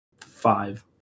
five